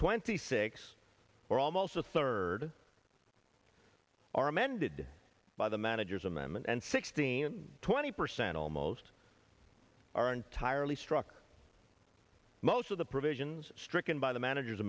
twenty six or almost a third are amended by the manager's amendment and sixteen twenty percent almost are entirely struck most of the provisions stricken by the manager